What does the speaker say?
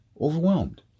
overwhelmed